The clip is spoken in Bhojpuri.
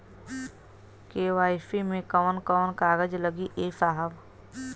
के.वाइ.सी मे कवन कवन कागज लगी ए साहब?